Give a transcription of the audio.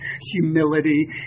humility